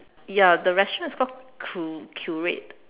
ya the restaurant is called cu~ curate